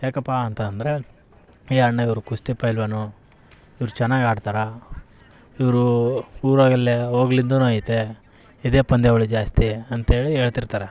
ಯಾಕಪ್ಪ ಅಂತ ಅಂದರೆ ಹೇ ಅಣ್ಣ ಇವರು ಕುಸ್ತಿ ಪೈಲ್ವಾನ ಇವ್ರು ಚೆನ್ನಾಗಿ ಆಡ್ತಾರೆ ಇವರ ಊರಯೆಲ್ಲ ಹೋಗ್ಲಿದ್ದನು ಐತೆ ಇದೇ ಪಂದ್ಯಾವಳಿ ಜಾಸ್ತಿ ಅಂತೇಳಿ ಹೇಳ್ತಿರ್ತಾರ